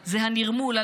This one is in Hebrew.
והניתוק נראה בדיוק ככה.